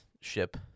ship